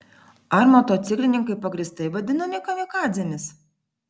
ar motociklininkai pagrįstai vadinami kamikadzėmis